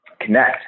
connect